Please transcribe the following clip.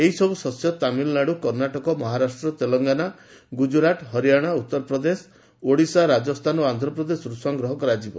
ଏହିସବୁ ଶସ୍ୟ ତାମିଲନାଡୁ କର୍ଷାଟକ ମହାରାଷ୍ଟ୍ର ତେଲେଙ୍ଗାନା ଗୁଜୁରାଟ ହରିୟାନା ଉଉରପ୍ରଦେଶ ଓଡ଼ିଶା ରାଜସ୍ତାନ ଓ ଆନ୍ଧ୍ରପ୍ରଦେଶରୁ ସଂଗ୍ରହ କରାଯିବ